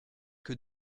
que